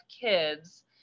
kids